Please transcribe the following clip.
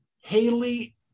Haley